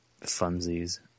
funsies